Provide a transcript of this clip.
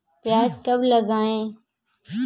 प्याज कब लगाएँ?